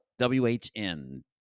WHN